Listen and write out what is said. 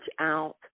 out